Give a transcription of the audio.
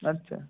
আচ্ছা